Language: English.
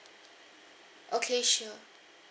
okay sure